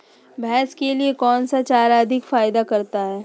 भैंस के लिए कौन सी चारा अधिक फायदा करता है?